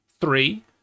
three